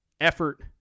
effort